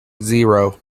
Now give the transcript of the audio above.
zero